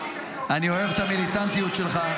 אני אוהב את המיליטנטיות שלך.